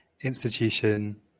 Institution